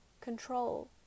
control